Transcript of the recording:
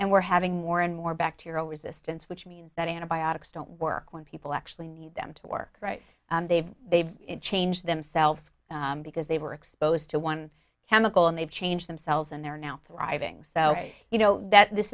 and we're having more and more bacterial resistance which means that antibiotics don't work when people actually need them to work they've they've changed themselves because they were exposed to one chemical and they've changed themselves and they're now thriving so you know that this